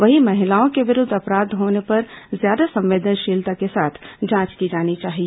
वहीं महिलाओं के विरूद्ध अपराध होने पर ज्यादा संवेदनशीलता के साथ जांच की जानी चाहिए